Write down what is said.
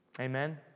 Amen